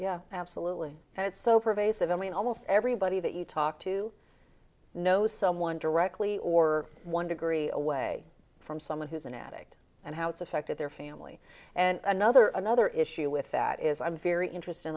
yeah absolutely and it's so pervasive i mean almost everybody that you talk to knows someone directly or one degree or away from someone who's an addict and how it's affected their family and another another issue with that is i'm very interested in